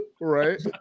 Right